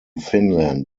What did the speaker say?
finland